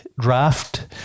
draft